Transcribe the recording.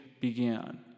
began